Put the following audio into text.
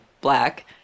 black